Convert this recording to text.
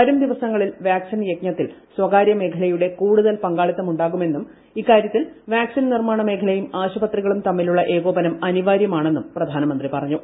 വരും ദിവസങ്ങളിൽ വാക്സിൻ യജ്ഞത്തിൽ സ്വകാര്യമേഖലയുടെ കൂടുതൽ പങ്കാളിത്തമുണ്ടാകുമെന്നും ഇക്കാര്യത്തിൽ വാക്സിൻ നിർമ്മാണമേഖലയും ആശുപത്രികളും തമ്മിലുള്ള ഏകോപനം അനിവാരൃമാണെന്നും പ്രധാനമന്ത്രി പറഞ്ഞു